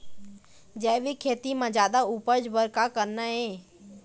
जैविक खेती म जादा उपज बर का करना ये?